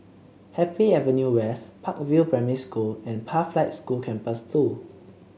Happy Avenue West Park View Primary School and Pathlight School Campus Two